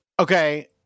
okay